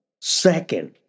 Second